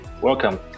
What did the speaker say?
Welcome